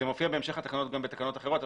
בהמשך התקנות גם בתקנות אחרות,